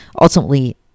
ultimately